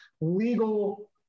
legal